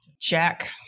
Jack